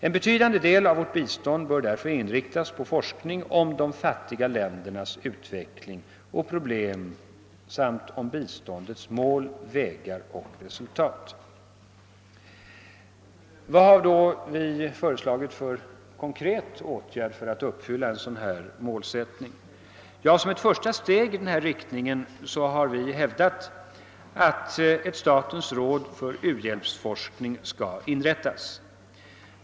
En betydande del av vårt bistånd bör därför inriktas på forskning om de fattiga ländernas utveckling och problem samt om biståndets mål, vägar och resultat. Vilken konkret åtgärd har vi då föreslagit för att ett sådant mål skall kunna uppnås? Som ett första steg i denna riktning har vi hävdat att det bör inrättas ett statens råd för u-hjälpsforskning.